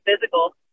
physical